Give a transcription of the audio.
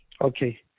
Okay